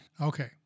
Okay